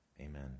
Amen